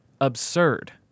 absurd